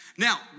Now